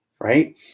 Right